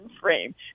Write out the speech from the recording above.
frame